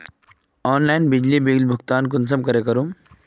Online बिजली bill भुगतान कुंसम करे करूम?